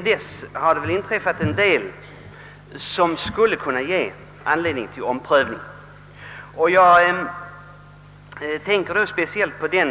För det första har väl sedan dess inträffat en del som skulle kunna ge an ledning till omprövning. Jag tänker då speciellt på den